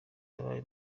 yabaye